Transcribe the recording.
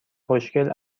خوشگل